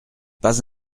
pas